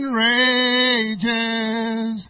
rages